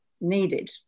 needed